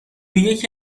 یکی